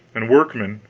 and workmen,